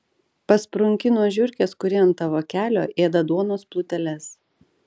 pasprunki nuo žiurkės kuri ant tavo kelio ėda duonos pluteles